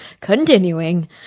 Continuing